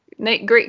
great